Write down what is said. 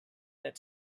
that